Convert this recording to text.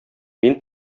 мин